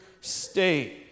state